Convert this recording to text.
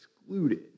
excluded